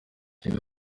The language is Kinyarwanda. reka